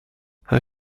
how